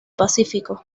pacífico